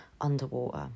underwater